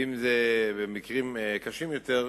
ואם זה במקרים קשים יותר,